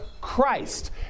Christ